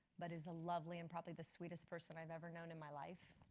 but is a lovely and probably the sweetest person i've ever known in my life.